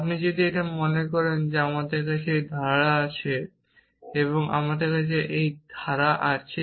আপনি যদি মনে করেন আমি এই ধারা আছে